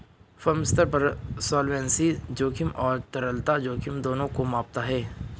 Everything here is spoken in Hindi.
फर्म स्तर पर सॉल्वेंसी जोखिम और तरलता जोखिम दोनों को मापता है